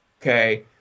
okay